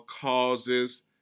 causes